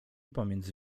pomiędzy